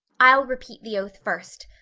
i'll repeat the oath first.